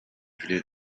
really